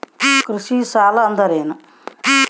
ಕೃಷಿ ಸಾಲ ಅಂದರೇನು?